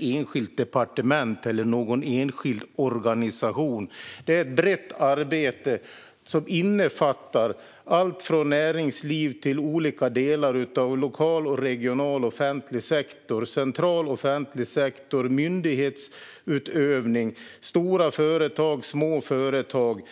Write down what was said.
enskilt departement eller någon enskild organisation, i alla fall inte i min värld. Det är ett brett arbete som innefattar allt från näringsliv till olika delar av lokal och regional offentlig sektor, central offentlig sektor, myndighetsutövning och stora och små företag.